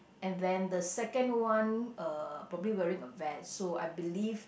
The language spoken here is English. and then the second one uh probably wearing a vest so I believe